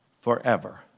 forever